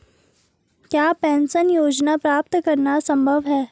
क्या पेंशन योजना प्राप्त करना संभव है?